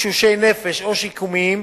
תשושי נפש או שיקומיים,